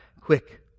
quick